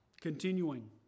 Continuing